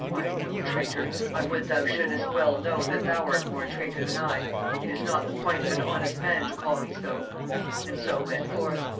i am no traitor i would thou shouldest well know that thou art more traitor than i it is not the point of an honest man to call me so and so went forth.